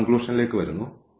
ഇപ്പോൾ കൺക്ലൂഷനിലേക്ക് വരുന്നു